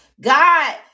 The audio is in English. God